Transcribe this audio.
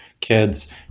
kids